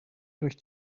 durch